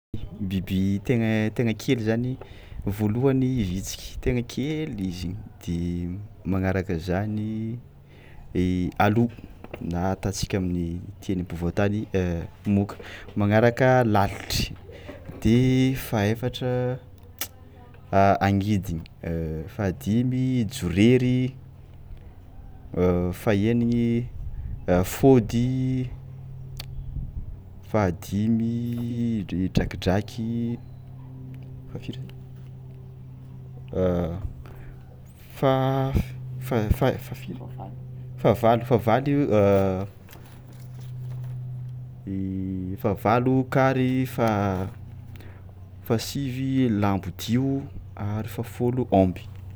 Biby tegna tegna kely zany, voalohany vitsiky tegna kely izy igny de magnaraka zany i alo na atantsika amin'ny teny ampovoan-tany moka, magnaraka lalitry de fahaefatra a angidigny, fahadimy jorery, fahaenigny a fody, fahadimy drakidraky, fahafiry faf- fa- fa- fahafiry fahavalo fahavalo i fahavalo kary, fa- fahasivy lambodio ary fahafôlo ômby.